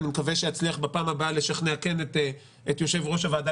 אני מקווה שאצליח בפעם הבאה לשכנע את יושב-ראש הוועדה